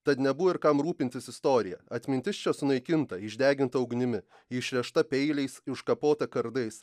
tad nebuvo ir kam rūpintis istorija atmintis čia sunaikinta išdeginta ugnimi išrėžta peiliais iškapota kardais